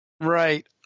Right